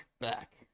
back